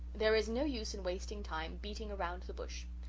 there is no use in wasting time beating around the bush.